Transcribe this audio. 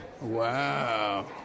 Wow